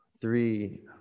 three